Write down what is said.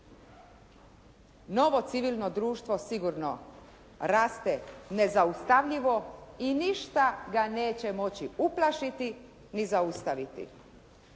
novo civilno društvo sigurno raste nezaustavljivo i ništa ga neće moći uplašiti, ni zaustaviti.